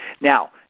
Now